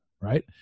right